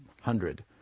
hundred